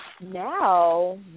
now